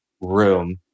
room